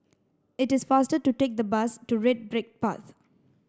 it is faster to take the bus to Red Brick Path